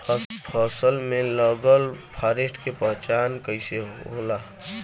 फसल में लगल फारेस्ट के पहचान कइसे होला?